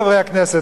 חברי הכנסת,